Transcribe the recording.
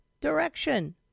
direction